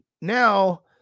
Now